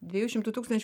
dviejų šimtų tūkstančių